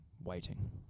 waiting